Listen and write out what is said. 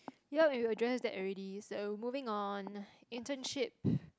yup we address that already so moving on internship